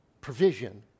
Provision